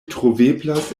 troveblas